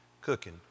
cooking